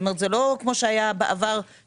זה לא כמו שהיה בעבר.